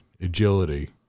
agility